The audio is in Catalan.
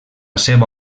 seva